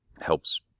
helps